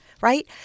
right